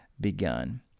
begun